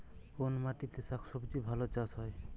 কোন মাটিতে শাকসবজী ভালো চাষ হয়?